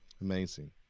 amazing